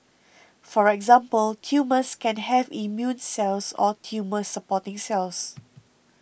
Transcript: for example tumours can have immune cells or tumour supporting cells